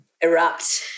erupt